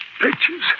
Pictures